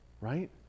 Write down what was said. right